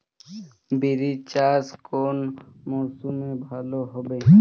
বিরি চাষ কোন মরশুমে ভালো হবে?